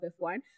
F1